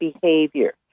behavior